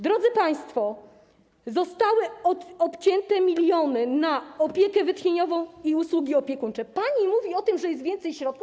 Drodzy państwo, zostały obcięte miliony na opiekę wytchnieniową i usługi opiekuńcze - pani mówi o tym, że jest więcej środków?